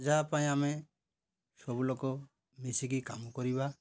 ଯାହା ପାଇଁ ଆମେ ସବୁ ଲୋକ ମିଶିକି କାମ କରିବା